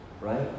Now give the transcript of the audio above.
right